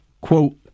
quote